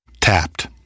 Tapped